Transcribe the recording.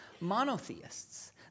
monotheists